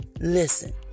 Listen